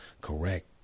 correct